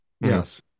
Yes